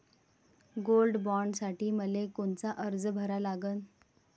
Gold बॉण्डसाठी मले कोनचा अर्ज भरा लागन?